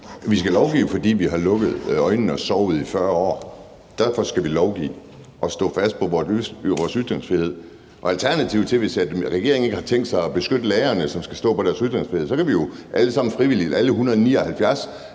Vi skal lovgive, fordi vi har lukket øjnene og sovet i 40 år. Derfor skal vi lovgive og stå fast på vores ytringsfrihed. Og hvis regeringen ikke har tænkt sig at beskytte lærerne, som skal stå fast på deres ytringsfrihed, så kan alternativet jo være, at alle vi